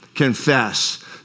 confess